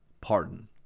pardon